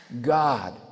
God